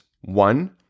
One